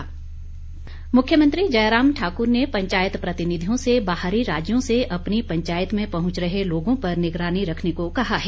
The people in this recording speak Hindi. जयराम ठाकुर मुख्यमंत्री जयराम ठाकुर ने पंचायत प्रतिनिधियों से बाहरी राज्यों से अपनी पंचायत में पहुंच रहे लोगों पर निगरानी रखने को कहा है